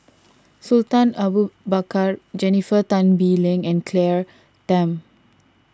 Sultan Abu Bakar Jennifer Tan Bee Leng and Claire Tham